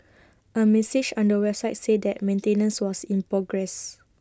A message on the website said that maintenance was in progress